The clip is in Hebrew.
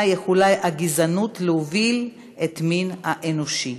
יכולה הגזענות להוביל את המין האנושי.